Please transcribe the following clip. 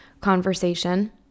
conversation